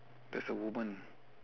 that's a woman